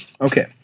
Okay